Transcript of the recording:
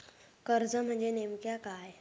कर्ज म्हणजे नेमक्या काय?